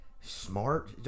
Smart